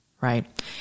right